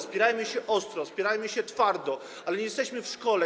Spierajmy się ostro, spierajmy się twardo, ale nie jesteśmy w szkole.